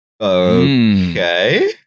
Okay